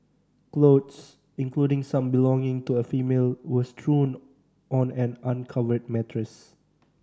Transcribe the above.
clothes including some belonging to a female were strewn on an uncovered mattress